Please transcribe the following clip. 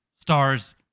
stars